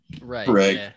Right